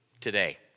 today